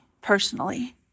personally